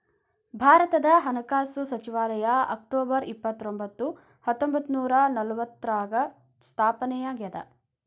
ಭಾರತದ ಹಣಕಾಸು ಸಚಿವಾಲಯ ಅಕ್ಟೊಬರ್ ಇಪ್ಪತ್ತರೊಂಬತ್ತು ಹತ್ತೊಂಬತ್ತ ನೂರ ನಲವತ್ತಾರ್ರಾಗ ಸ್ಥಾಪನೆ ಆಗ್ಯಾದ